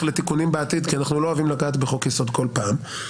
לתיקונים בעתיד כי אנחנו לא אוהבים לגעת בחוק יסוד כל פעם.